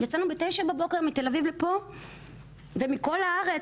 יצאנו ב-09:00 בבוקר מתל אביב לפה מכל הארץ,